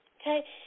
Okay